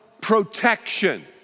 protection